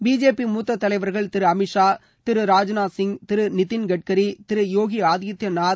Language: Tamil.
பிஜேபி மூத்த தலைவர்கள் திரு அமித் ஷா திரு ராஜ்நாத் சிய் திரு நிதின் கட்கரி திரு யோகி ஆதித்ய நாத்